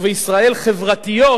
ובישראל חברתיות,